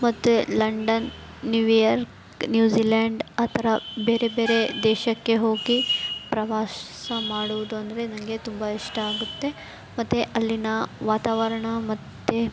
ಮತ್ತೆ London New York New Zealand ಆ ಥರ ಬೇರೆ ಬೇರೆ ದೇಶಕ್ಕೆ ಹೋಗಿ ಪ್ರವಾಸ ಮಾಡುವುದು ಅಂದರೆ ನನಗೆ ತುಂಬ ಇಷ್ಟ ಆಗುತ್ತೆ ಮತ್ತೆ ಅಲ್ಲಿನ ವಾತಾವರಣ ಮತ್ತೆ